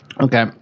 Okay